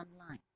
online